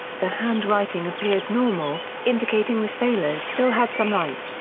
the handwriting appears normal, indicating the sailors still had some light.